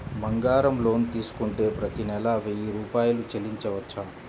బంగారం లోన్ తీసుకుంటే ప్రతి నెల వెయ్యి రూపాయలు చెల్లించవచ్చా?